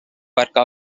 perquè